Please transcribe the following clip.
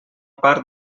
part